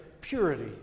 purity